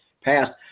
passed